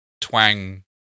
twang